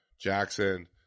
Jackson